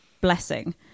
blessing